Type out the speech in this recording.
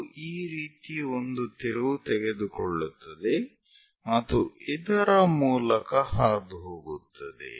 ಅದು ಈ ರೀತಿ ಒಂದು ತಿರುವು ತೆಗೆದುಕೊಳ್ಳುತ್ತದೆ ಮತ್ತು ಇದರ ಮೂಲಕ ಹಾದು ಹೋಗುತ್ತದೆ